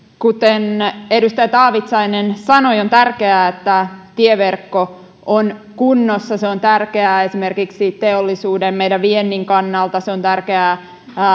kuten edustaja taavitsainen sanoi on tärkeää että tieverkko on kunnossa se on tärkeää esimerkiksi teollisuuden meidän viennin kannalta se on tärkeää